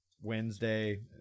wednesday